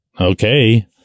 Okay